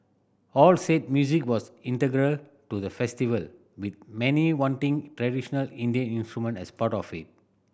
all said music was integral to the festival with many wanting traditional Indian instrument as part of it